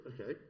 Okay